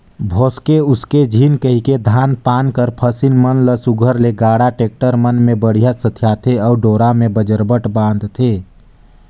भोसके उसके झिन कहिके धान पान फसिल मन ल सुग्घर ले गाड़ा, टेक्टर मन मे बड़िहा सथियाथे अउ डोरा मे बजरबट बांधथे